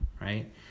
Right